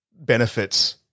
benefits